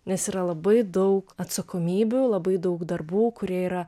nes yra labai daug atsakomybių labai daug darbų kurie yra